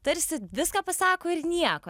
tarsi viską pasako ir nieko